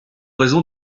raison